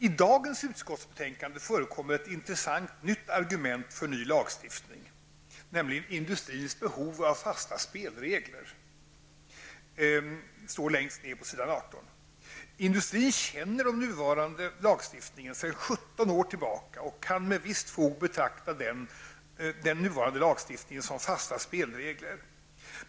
I dagens utskottsbetänkande förekommer ett intressant nytt argument för ny lagstiftning: ''industrins behov av fasta spelregler'' vilket står längst ned på s. 18. Industrin känner den nuvarande lagstiftningen sedan 17 år tillbaka, och kan med visst fog betrakta den nuvarande lagstiftningen som fasta spelregler.